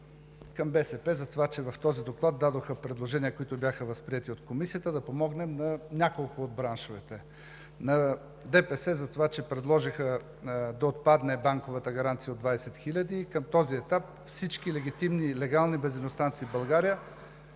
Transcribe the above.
към БСП за това, че в този доклад дадоха предложения, които бяха възприети от Комисията, да помогнем на няколко от браншовете. На ДПС – за това, че предложиха да отпадне банковата гаранция от 20 хил. лв. и към този етап всички легитимни, легални бензиностанции в България